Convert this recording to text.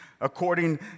according